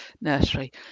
nursery